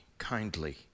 kindly